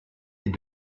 est